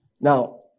Now